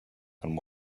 and